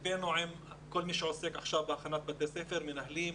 לבנו עם כל מי שעוסק עכשיו בהכנת בתי הספר מנהלים,